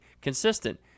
consistent